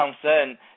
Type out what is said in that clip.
concern